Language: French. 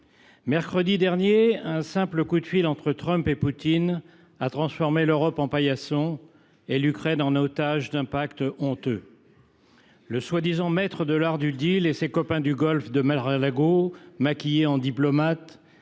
Mercredi dernier, un simple coup de fil entre Trump et Poutine a transformé l’Europe en paillasson et l’Ukraine en otage d’un pacte honteux. Le soi disant maître de l’art du et ses copains du golf de Mar a Lago, maquillés en diplomates,